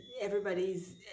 everybody's